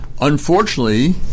Unfortunately